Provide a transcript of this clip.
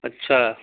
اچھا